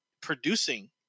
producing